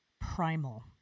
primal